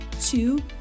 two